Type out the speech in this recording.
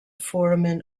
foramen